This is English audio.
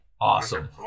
awesome